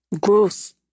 Growth